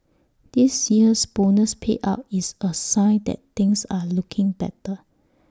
this year's bonus payout is A sign that things are looking better